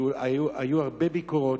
כי היו הרבה ביקורות,